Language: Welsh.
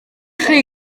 chi